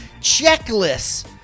checklists